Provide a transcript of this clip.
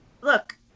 Look